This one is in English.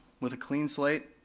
with a clean slate,